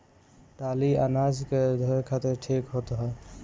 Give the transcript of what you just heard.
टाली अनाज के धोए खातिर ठीक होत ह